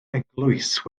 eglwys